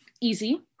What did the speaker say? easy